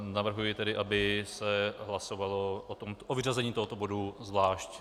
Navrhuji tedy, aby se hlasovalo o vyřazení tohoto bodu zvlášť.